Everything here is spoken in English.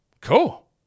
Cool